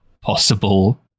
possible